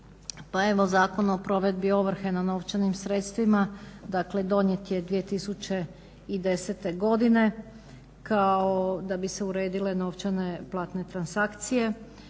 evo Zakon o provedbi ovrhe na novčanim sredstvima, dakle donijet je 2010. godine kao da bi se uredile novčane platne transakcije.